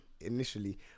initially